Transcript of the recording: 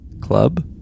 Club